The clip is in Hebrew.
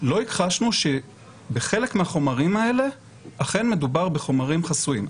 לא הכחשנו שבחלק מהחומרים האלה אכן מדובר בחומרים חסויים,